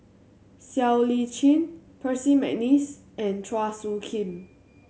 Siow Lee Chin Percy McNeice and Chua Soo Khim